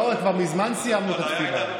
לא, כבר מזמן סיימנו את התפילה.